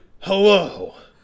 Hello